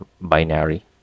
binary